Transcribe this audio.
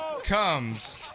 comes